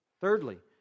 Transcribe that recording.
Thirdly